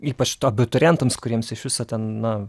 ypač abiturientams kuriems iš viso ten na